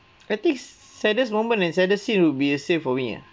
I think saddest moment and saddest scene would be the same for me ah